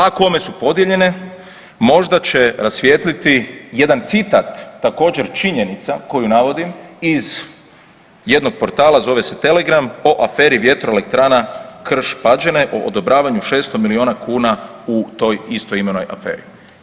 A kome su podijeljene možda će rasvijetliti jedan citat također činjenica koju navodim iz jednog portala zove se Telegram po aferi Vjetroelektrana Krš-Pađene o odobravanju 600 milijuna kuna u toj istoimenoj aferi.